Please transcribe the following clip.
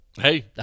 Hey